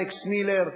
אלכס מילר,